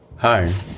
Hi